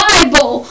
Bible